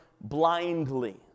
blindly